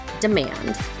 demand